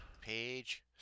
Page